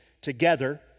together